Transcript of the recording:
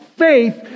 Faith